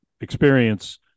experience